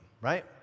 right